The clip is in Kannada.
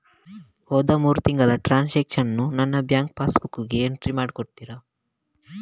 ಹೋದ ಮೂರು ತಿಂಗಳ ಟ್ರಾನ್ಸಾಕ್ಷನನ್ನು ನನ್ನ ಬ್ಯಾಂಕ್ ಪಾಸ್ ಬುಕ್ಕಿಗೆ ಎಂಟ್ರಿ ಮಾಡಿ ಕೊಡುತ್ತೀರಾ?